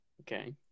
Okay